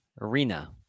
Arena